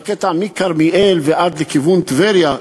בקטע מכרמיאל לכיוון טבריה,